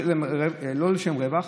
לא לשם רווח,